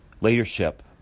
leadership